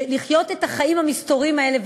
לחיות את החיים המסתוריים האלה,